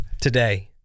today